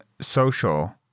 social